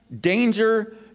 danger